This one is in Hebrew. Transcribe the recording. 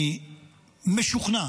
אני משוכנע